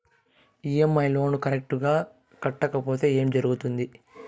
EMI loan correct గా కట్టకపోతే ఏం జరుగుతుంది